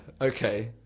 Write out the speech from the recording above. Okay